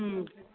ओम